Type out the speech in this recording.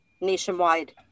nationwide